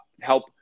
help